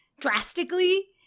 drastically